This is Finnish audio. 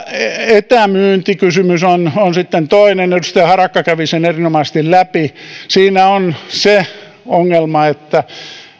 etämyyntikysymys on on sitten toinen edustaja harakka kävi sen erinomaisesti läpi siinä on se ongelma että